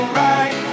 right